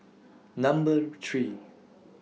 Number three